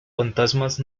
fantasmas